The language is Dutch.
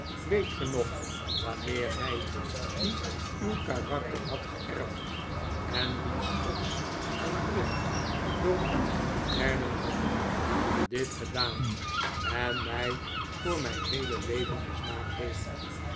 weet ge nog wanneer hij die uw karakter had geerfd en wiens trots en drift door u werden gevoed dit gedaan en mij voor mijn heele leven mismaakt heeft